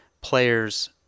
players